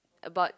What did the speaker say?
about